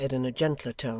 and said in a gentler tone